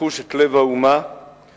לחוש את לב האומה ולכוון